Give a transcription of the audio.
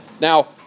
Now